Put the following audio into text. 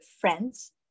friends